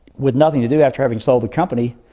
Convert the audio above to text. with nothing to do after having sold the company.